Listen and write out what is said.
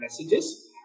messages